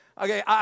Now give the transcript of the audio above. Okay